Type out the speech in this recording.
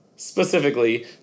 specifically